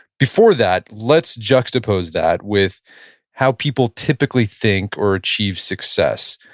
before that let's juxtapose that with how people typically think or achieve success.